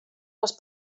les